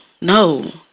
no